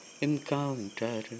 encounter